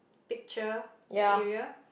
picture that area